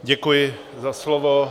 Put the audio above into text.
Děkuji za slovo.